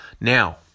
Now